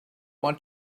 want